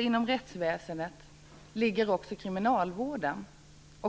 Inom rättsväsendet ligger dessutom också kriminalvården,